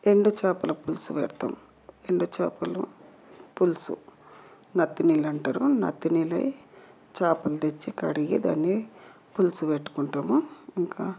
ఎండు చేపల పులుసు పెడతాం ఎండు చేపలు పులుసు నత్తి నీళ్ళు అంటారు నత్తి నీళ్లు అవి చేపలు తెచ్చి కడిగి దాన్ని పులుసు పెట్టుకుంటాం